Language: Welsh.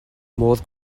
modd